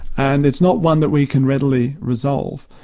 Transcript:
and it's not one that we can readily resolve.